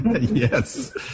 Yes